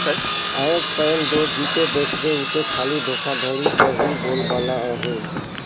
आएज काएल दो जिते देखबे उते खाली धोखाघड़ी कर ही बोलबाला अहे